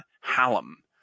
Hallam